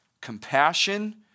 compassion